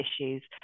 issues